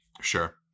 Sure